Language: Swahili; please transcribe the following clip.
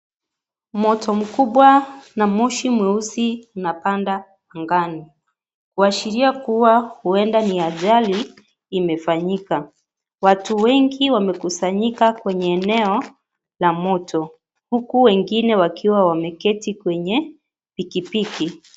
Moto mkubwa na moshi mweusi unapanda angani. Kuashiria kuwa huenda ni ajali imefanyika. Watu wengi wamekusanyika kwenye eneo la moto huku wengine wakiwa wameketi kwenye pikipiki.